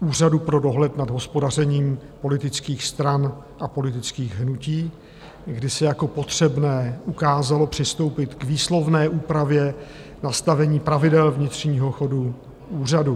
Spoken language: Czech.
Úřadu pro dohled nad hospodařením politických stran a politických hnutí, kdy se jako potřebné ukázalo přistoupit k výslovné úpravě nastavení pravidel vnitřního chodu úřadu.